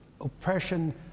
Oppression